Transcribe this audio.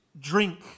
drink